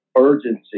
urgency